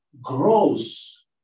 grows